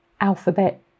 alphabet